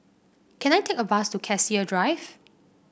can I take a bus to Cassia Drive